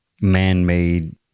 man-made